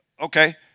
Okay